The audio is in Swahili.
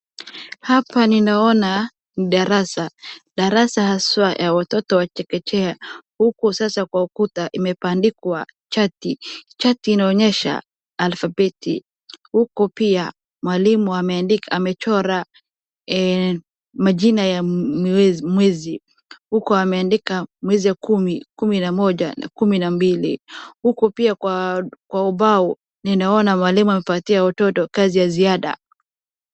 Hapa ninaona darasa, darasa haswaa la watoto wa chekechea huku kwa ukuta imebandikwa chati. Chati inaonyesha alfabeti, huku pia mwalimu amechora majina ya mwezi huku ameandika mwezi kumi, kumi na moja na kumi na mbili, huku pia kwa ubao ninaona mwalimu amepatia watoto kazi ya ziada.